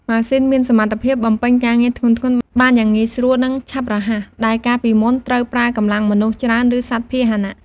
ម៉ាស៊ីនមានសមត្ថភាពបំពេញការងារធ្ងន់ៗបានយ៉ាងងាយស្រួល និងឆាប់រហ័ស ដែលកាលពីមុនត្រូវប្រើកម្លាំងមនុស្សច្រើន ឬសត្វពាហនៈ។